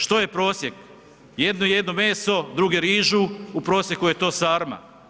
Što je prosjek, jedni jedu meso, drugi rižu u prosjeku je to sarma.